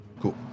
cool